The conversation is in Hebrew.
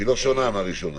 היא שונה מהראשונה